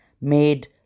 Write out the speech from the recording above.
made